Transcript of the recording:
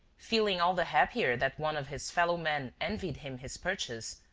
feeling all the happier that one of his fellow-men envied him his purchase,